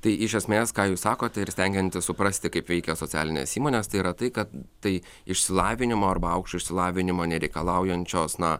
tai iš esmės ką jūs sakote ir stengiantis suprasti kaip veikia socialinės įmonės tai yra tai kad tai išsilavinimo arba aukšto išsilavinimo nereikalaujančios na